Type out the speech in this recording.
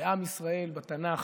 בעם ישראל בתנ"ך,